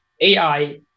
AI